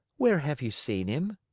where have you seen him?